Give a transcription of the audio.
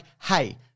hey